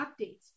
updates